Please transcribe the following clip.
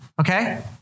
Okay